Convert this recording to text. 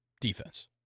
defense